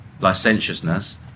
licentiousness